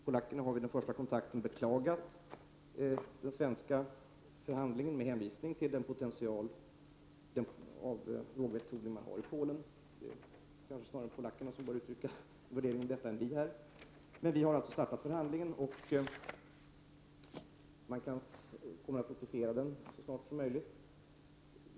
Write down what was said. Polackerna har vid den första kontakten beklagat den svenska förhandlingen med hänvisning till den potential av rågveteodling som finns i Polen. Vi har alltså startat förhandlingen, och den kommer att notifiera: nart som möjligt.